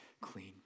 clean